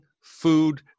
food